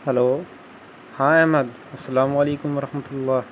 hello ہاں احمد السلام علیکم ورحمتہ اللہ